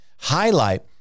highlight